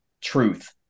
truth